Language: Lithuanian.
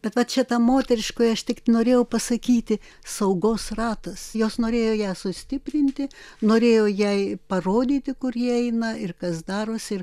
bet va čia ta moteriškoji aš tik norėjau pasakyti saugos ratas jos norėjo ją sustiprinti norėjo jai parodyti kur ji eina ir kas darosi ir